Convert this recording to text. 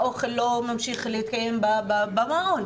האוכל לא ממשיך להתקיים במעון,